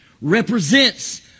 Represents